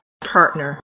partner